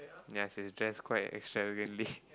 ya she's dressed quite extravagantly